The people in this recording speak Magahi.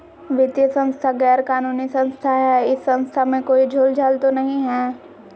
वित्तीय संस्था गैर कानूनी संस्था है इस संस्था में कोई झोलझाल तो नहीं है?